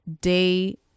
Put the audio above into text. day